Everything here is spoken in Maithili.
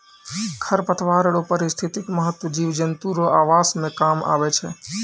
खरपतवार रो पारिस्थितिक महत्व जिव जन्तु रो आवास मे काम आबै छै